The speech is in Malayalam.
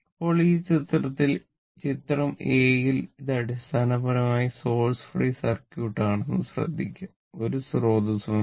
ഇപ്പോൾ ഈ ചിത്രത്തിൽ ചിത്രം A യിൽ ഇത് അടിസ്ഥാനപരമായി സോഴ്സ് ഫ്രീ സർക്യൂട്ട് ആണെന്ന് ശ്രദ്ധിക്കുക ഒരു സ്രോതസ്സുമില്ല